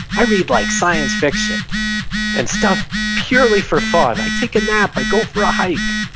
i read like science fiction and stuff purely for fun. i take a nap. i go for a hike.